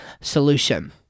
solution